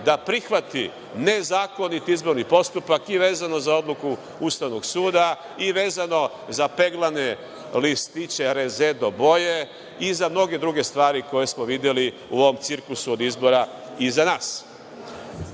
da prihvati nezakonit izborni postupak i vezano za odluku Ustavnog suda i vezano za peglane listiće rezedo boje i za mnogo druge stvari koje smo videli u ovom cirkusu od izbora iza